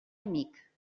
amic